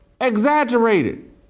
exaggerated